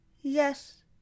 Yes